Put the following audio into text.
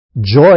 Joy